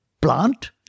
plant